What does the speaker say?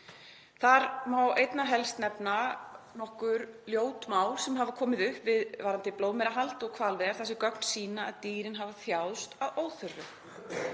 Þar má einna helst nefna nokkur ljót mál sem hafa komið upp við blóðmerahald og hvalveiðar þar sem gögn sýna að dýrin hafa þjáðst að óþörfu.